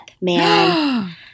man